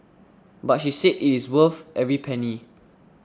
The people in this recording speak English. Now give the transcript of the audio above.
but she said it is worth every penny